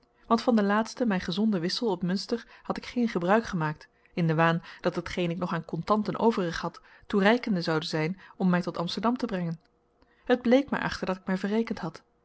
want van den laatsten mij gezonden wissel op munster had ik geen gebruik gemaakt in den waan dat hetgeen ik nog aan contanten overig had toereikende zoude zijn om mij tot amsterdam te brengen het bleek mij echter dat ik mij verrekend had